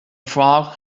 frog